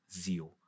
zeal